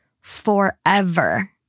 forever